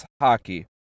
hockey